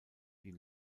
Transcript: die